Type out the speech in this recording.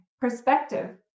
Perspective